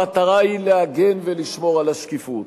המטרה היא להגן ולשמור על השקיפות.